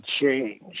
change